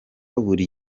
buri